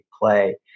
play